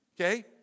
Okay